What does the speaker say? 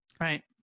right